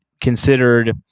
considered